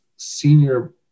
senior